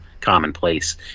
commonplace